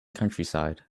countryside